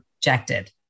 rejected